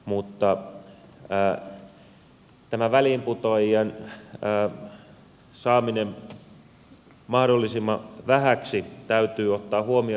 mutta tämä väliinputoajien määrän saaminen mahdollisimman vähäiseksi täytyy ottaa huomioon